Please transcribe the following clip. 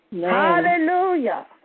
Hallelujah